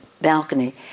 balcony